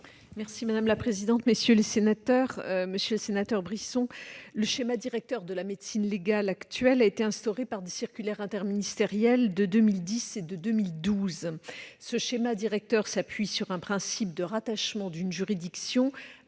est à Mme la garde des sceaux. Monsieur le sénateur Brisson, le schéma directeur de la médecine légale actuel a été instauré par des circulaires interministérielles de 2010 et de 2012. Ce schéma directeur s'appuie sur un principe de rattachement d'une juridiction